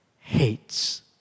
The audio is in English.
hates